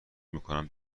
میکنن